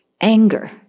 anger